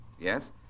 Yes